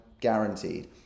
guaranteed